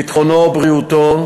ביטחונו ובריאותו,